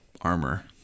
armor